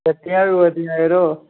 टट्टियां बी होआ दियां यरो